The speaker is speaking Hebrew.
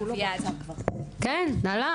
כן, הלך.